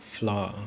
flour